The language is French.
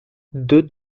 deux